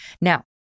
Now